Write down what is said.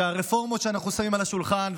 שהרפורמות שאנחנו שמים על השולחן,